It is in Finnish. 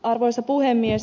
arvoisa puhemies